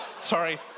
Sorry